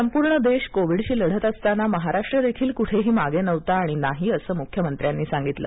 संपूर्ण देश कोविडशी लढत असताना महाराष्ट्र देखील कुठेही मागे नव्हता आणि नाही असं मुख्यमंत्र्यांनी सांगितलं